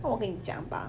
那我跟你讲吧